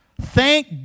Thank